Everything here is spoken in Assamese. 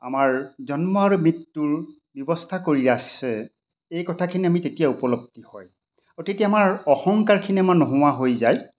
আমাৰ জন্ম আৰু মৃত্যুৰ ব্যৱস্থা কৰি আছে এই কথাখিনি আমি তেতিয়া উপলব্ধি হয় আৰু তেতিয়া আমাৰ অহংকাৰখিনি আমাৰ নোহোৱা হৈ যায়